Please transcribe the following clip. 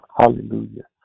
Hallelujah